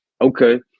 Okay